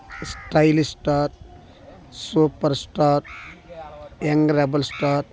stylish star super star young rebel star